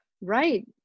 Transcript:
Right